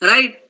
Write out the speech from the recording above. Right